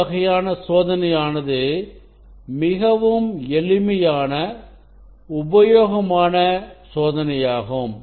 இந்த வகை சோதனையானது மிகவும் எளிமையான உபயோகமான சோதனையாகும்